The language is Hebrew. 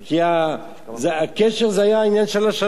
כי הקשר זה היה העניין של השלום.